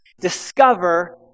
Discover